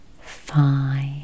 five